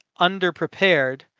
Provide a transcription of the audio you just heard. underprepared